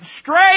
straight